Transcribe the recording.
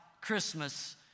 Christmas